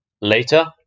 Later